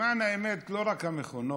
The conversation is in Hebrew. למען האמת, לא רק המכונות.